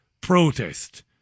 protest